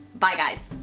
bye guys.